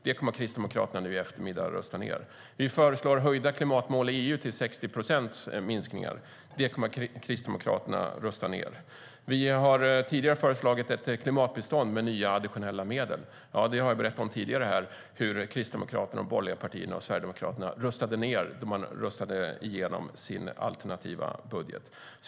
Det kommer Kristdemokraterna att rösta ned i eftermiddag. Vi föreslår höjda klimatmål i EU, till 60 procents minskning. Det kommer Kristdemokraterna att rösta ned. Vi har tidigare föreslagit ett klimatbistånd med nya additionella medel. Jag har tidigare berättat om hur Kristdemokraterna, de borgerliga partierna och Sverigedemokraterna röstade ned det när man röstade igenom sin alternativa budget.